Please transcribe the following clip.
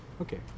Okay